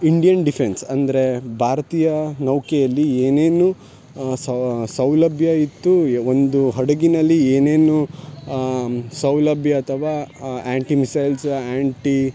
Indian defence ಅಂದರೆ ಭಾರತೀಯ ನೌಕೆಯಲ್ಲಿ ಏನೇನು ಸೌಲಭ್ಯ ಇತ್ತು ಯ ಒಂದು ಹಡಗಿನಲ್ಲಿ ಏನೇನು ಸೌಲಭ್ಯ ಅಥವಾ ಆ್ಯಂಟಿಮಿಸೈಲ್ಸ ಆ್ಯಂಟಿ